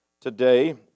today